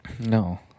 No